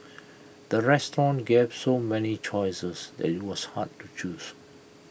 the restaurant gave so many choices that IT was hard to choose